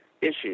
issues